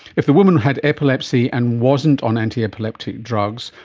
if the woman had epilepsy and wasn't on antiepileptic drugs,